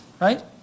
right